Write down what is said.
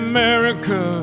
America